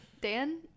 Dan